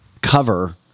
cover